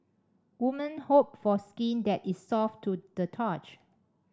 woman hope for skin that is soft to the touch